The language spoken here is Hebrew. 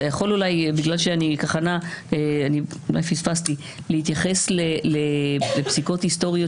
אולי פספסתי תוכל להתייחס אולי לפסיקות היסטוריות